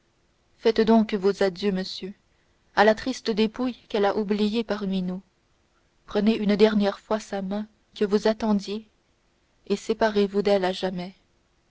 faites donc vos adieux monsieur à la triste dépouille qu'elle a oubliée parmi nous prenez une dernière fois sa main que vous attendiez et séparez-vous d'elle à jamais